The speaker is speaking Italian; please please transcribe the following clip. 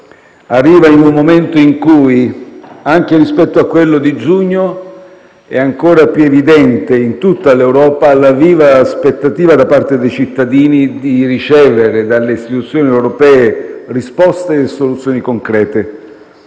arriva in un momento in cui, anche rispetto a quello di giugno, è ancora più evidente in tutta l'Europa la viva aspettativa da parte dei cittadini di ricevere dalle istituzioni europee risposte e soluzioni concrete.